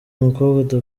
mukobwa